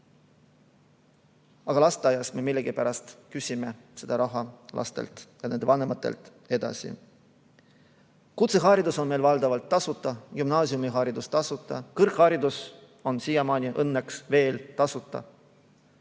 Aga lasteaias me millegipärast küsime seda raha lastelt ja nende vanematelt edasi. Kutseharidus on meil valdavalt tasuta, gümnaasiumiharidus on tasuta, kõrgharidus on siiamaani õnneks veel tasuta.